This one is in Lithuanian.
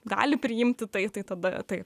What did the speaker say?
gali priimti tai tai tada tai